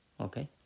Okay